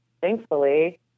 thankfully